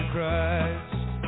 Christ